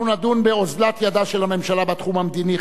אנחנו נדון באוזלת ידה של הממשלה בתחום המדיני,